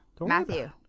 Matthew